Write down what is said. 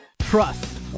Trust